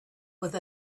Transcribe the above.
with